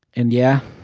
and, yeah,